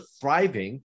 thriving